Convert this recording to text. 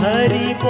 Hari